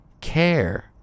care